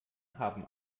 haben